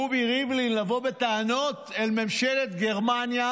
רובי ריבלין, לבוא בטענות אל ממשלת גרמניה